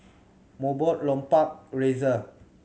Mobot Lupark Razer